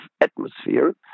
atmosphere